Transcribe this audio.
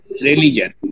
religion